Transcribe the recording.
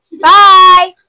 Bye